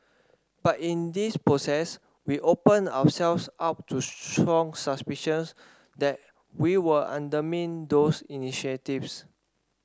but in this process we opened ourselves up to strong suspicions that we were undermining those initiatives